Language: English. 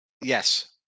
Yes